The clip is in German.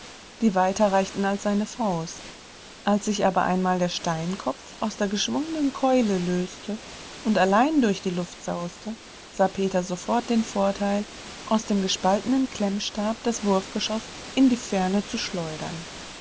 die weiter reichten als seine faust als sich aber einmal der steinkopf aus der geschwungenen keule löste und allein durch die luft sauste sah peter sofort den vorteil aus dem gespaltenen klemmstab das wurfgeschoß in die ferne zu schleudern